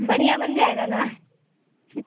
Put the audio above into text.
بڑھیا بن جائے گا نا